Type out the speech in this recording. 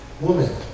woman